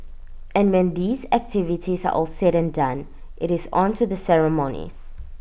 and when these activities are all said and done IT is on to the ceremonies